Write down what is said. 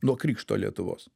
nuo krikšto lietuvos